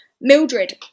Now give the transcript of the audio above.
Mildred